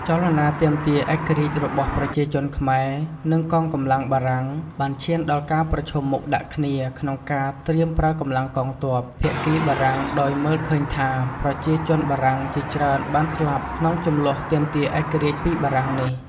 ចលនាទាមឯករាជ្យរបស់ប្រជាជនខ្មែរ និង កងកម្លាំងបារាំង បានឈានដល់ការប្រឈមុខដាក់គ្នា ក្នុងការត្រៀមប្រើកម្លាំងកងទ័ព ភាគីបារាំងដោយមើលឃើញថា ប្រជាជនបារាំងជាច្រើនបានស្លាប់ក្នុងជម្លោះទាមទារឯករាជ្យពីបារាំងនេះ។